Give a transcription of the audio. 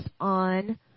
on